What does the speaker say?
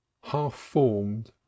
half-formed